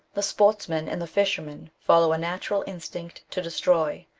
the sportsman and the fisherman follow a natural instinct to destroy,